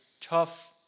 tough